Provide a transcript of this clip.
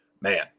man